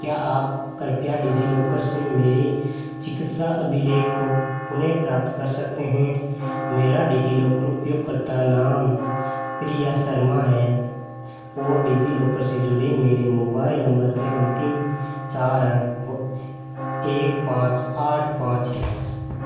क्या आप कृपया डिज़िलॉकर से मेरे चिकित्सा अभिलेख को पुनः प्राप्त कर सकते हैं मेरा डिज़िलॉकर उपयोगकर्ता नाम प्रिया शर्मा है और डिज़िलॉकर से जुड़े मेरे मोबाइल नम्बर के अन्तिम चार अंक व एक पाँच आठ पाँच हैं